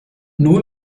nun